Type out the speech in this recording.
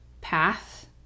path